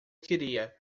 queria